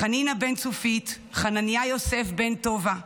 חנינא בן צופית, חנניה יוסף בן טובה,